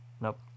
Nope